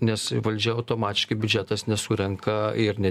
nes valdžia automatiškai biudžetas nesurenka ir ne